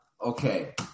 Okay